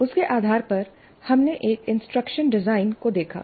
उसके आधार पर हमने एक इंस्ट्रक्शन डिजाइन को देखा